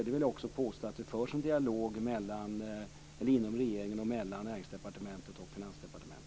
Det förs en dialog inom regeringen mellan Näringsdepartementet och Finansdepartementet.